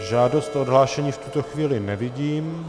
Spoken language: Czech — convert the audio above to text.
Žádost o odhlášení v tuto chvíli nevidím.